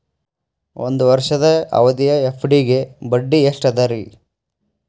ಒಂದ್ ವರ್ಷದ ಅವಧಿಯ ಎಫ್.ಡಿ ಗೆ ಬಡ್ಡಿ ಎಷ್ಟ ಅದ ರೇ?